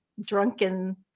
drunken